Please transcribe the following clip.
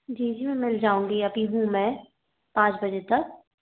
जी जी मैं मिल जाऊँगी अभी हूँ मैं पाँच बजे तक